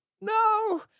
No